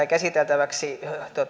käsiteltäväksi